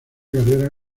carrera